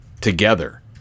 together